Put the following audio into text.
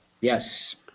Yes